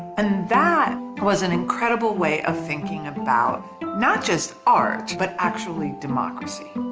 and that was an incredible way of thinking about not just art, but actually democracy.